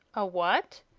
a what?